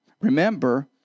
remember